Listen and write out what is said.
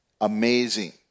Amazing